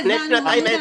הבנו.